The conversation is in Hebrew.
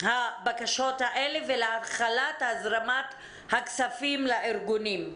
הבקשות האלה ולהתחלת הזרמת הכספים לארגונים.